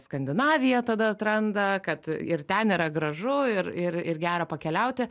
skandinaviją tada atranda kad ir ten yra gražu ir ir ir gera pakeliauti